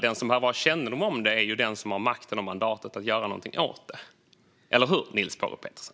Den som behöver ha kännedom om det är ju den som har makten och mandatet att göra någonting åt det, eller hur, Niels Paarup-Petersen?